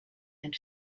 and